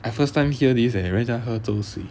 I first time here these leh 人家喝粥水